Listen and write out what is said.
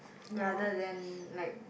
rather than like